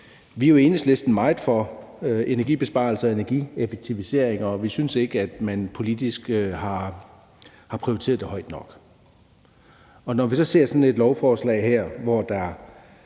vi er jo i Enhedslisten meget for energibesparelser og energieffektiviseringer, og vi synes ikke, at man politisk har prioriteret det højt nok. Og når vi så ser sådan et lovforslag her, hvor der